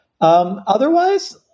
Otherwise